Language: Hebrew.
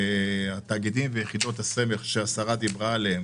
התאגידים ויחידות הסמך שהשרה דיברה עליהם